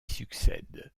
succède